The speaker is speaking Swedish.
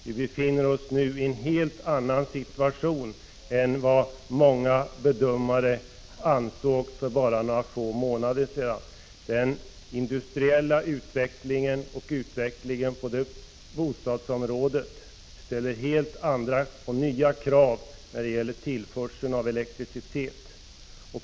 Vi befinner oss nu i en helt annan situation än vad många bedömare ansåg för bara några få månader sedan. Den industriella utvecklingen och utvecklingen på bostadsområdet ställer helt andra och nya krav på tillförseln av elektricitet.